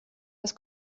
das